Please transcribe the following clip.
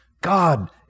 God